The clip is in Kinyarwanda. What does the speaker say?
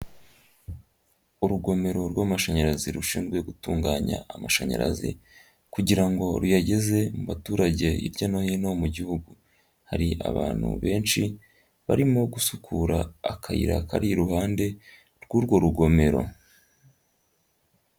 Urugomero rw'amashanyarazi rushinzwe gutunganya amashanyarazi kugira ngo ruyageze mu baturage hirya no hino mu gihugu, hari abantu benshi barimo gusukura akayira kari iruhande rw'urwo rugomero.